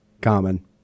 common